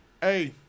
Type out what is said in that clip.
hey